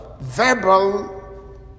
verbal